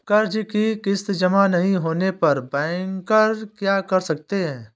कर्ज कि किश्त जमा नहीं होने पर बैंकर क्या कर सकते हैं?